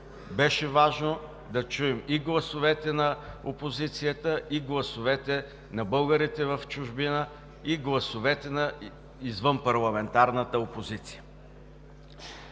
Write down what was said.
беше важно да чуем и гласовете на опозицията, и гласовете на българите в чужбина, и гласовете на извънпарламентарната опозиция.